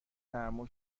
تحمل